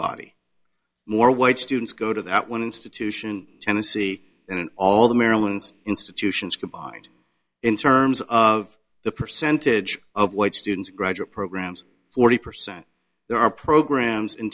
body more white students go to that one institution tennessee and all the maryland's institutions combined in terms of the percentage of white students graduate programs forty percent there are programs in